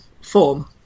form